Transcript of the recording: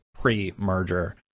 pre-merger